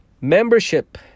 membership